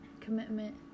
Commitment